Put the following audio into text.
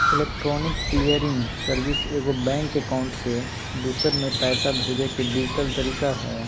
electronic clearing service एगो bank account से दूसर में पैसा भेजय के डिजिटल तरीका हइ